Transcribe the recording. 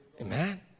amen